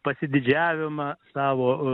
pasididžiavimą savo